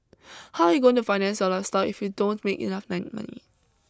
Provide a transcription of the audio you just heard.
how are you going to finance your lifestyle if you don't make enough like money